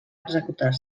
executar